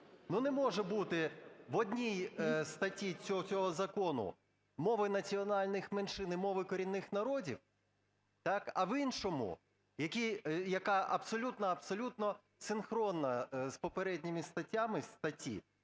Не може бути в одній статті цього закону – мови національних меншин і мови корінних народів, а в іншому, яка абсолютно синхронна з попередніми статтями, статті